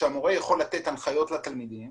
שהמורה יכול לתת הנחיות לתלמידים